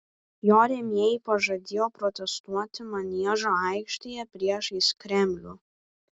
jo rėmėjai pažadėjo protestuoti maniežo aikštėje priešais kremlių